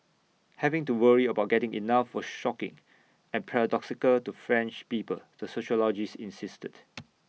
having to worry about getting enough was shocking and paradoxical to French people the sociologist insisted